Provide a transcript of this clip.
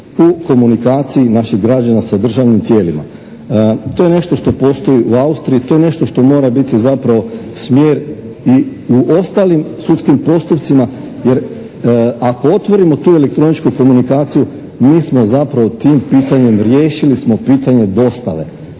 u komunikaciji naših građana sa državnim tijelima. To je nešto što postoji u Austriji, to je nešto što mora biti zapravo smjer i u ostalim sudskim postupcima jer ako otvorimo tu elektroničku komunikaciju mi smo zapravo tim pitanjem, riješili smo pitanje dostave.